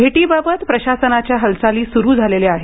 भेटीबाबत प्रशासनाच्या हालचाली सुरू झालेल्या आहेत